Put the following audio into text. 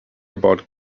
about